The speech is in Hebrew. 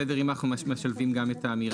בסדר, אם אנחנו משלבים גם את האמירה הזאת.